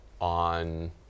on